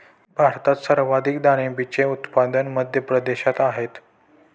भारतात सर्वाधिक डाळींचे उत्पादन मध्य प्रदेशात आहेत